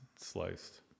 sliced